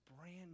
brand